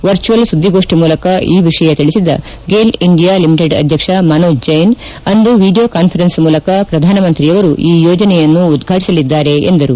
virtual ಸುದ್ವಿಗೋಷ್ಠಿ ಮೂಲಕ ಈ ವಿಷಯ ತಿಳಿಸಿದ ಗೈಲ್ ಇಂಡಿಯಾ ಲಿಮಿಟೆಡ್ ಅಧ್ಯಕ್ಷ ಮನೋಜ್ ಜೈನ್ ಅಂದು ವೀಡಿಯೊ ಕಾನ್ಫರೆನ್ಸ್ ಮೂಲಕ ಪ್ರಧಾನಮಂತ್ರಿಯವರು ಈ ಯೋಜನೆಯನ್ನು ಉದ್ವಾಟಸಲಿದ್ದಾರೆ ಎಂದರು